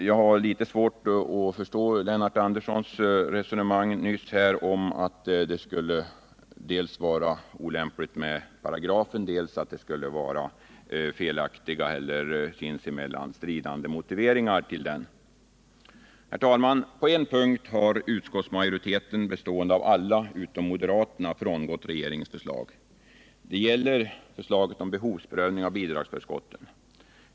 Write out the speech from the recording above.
Jag har litet svårt att förstå Lennart Anderssons resonemang nyss om att det skulle vara dels olämpligt med paragrafen, dels felaktiga eller sinsemellan stridande motiveringar till paragrafen. Herr talman! På en punkt har utskottsmajoriteten, bestående av alla utom moderaterna, frångått regeringens förslag. Det gäller förslaget om behovsprövning av bidragsförskotten.